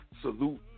salute